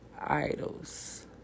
idols